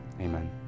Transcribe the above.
Amen